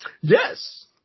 Yes